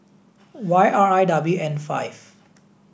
Y R I W N five